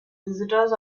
visitors